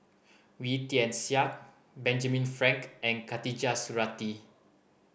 Wee Tian Siak Benjamin Frank and Khatijah Surattee